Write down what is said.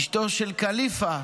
אשתו של כליפא,